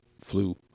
flu